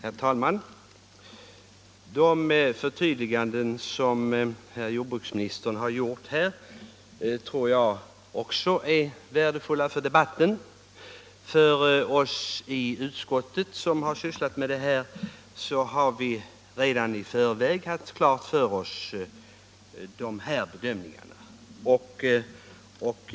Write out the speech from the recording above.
Herr talman! De förtydliganden som herr jordbruksministern har gjort här tror jag också är värdefulla för debatten. Vi som i utskottet sysslat med frågan har redan i förväg haft de här bedömningarna klara för oss.